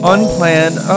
Unplanned